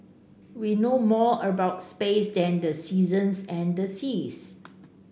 we know more about space than the seasons and the seas